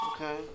okay